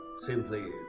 simply